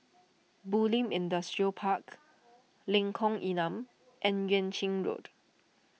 Bulim Industrial Park Lengkong Enam and Yuan Ching Road